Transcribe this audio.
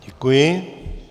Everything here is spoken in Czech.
Děkuji.